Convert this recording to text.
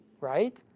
right